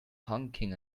honking